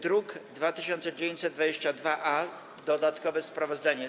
Druk nr 2922-A to dodatkowe sprawozdanie.